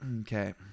Okay